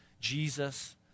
jesus